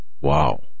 Wow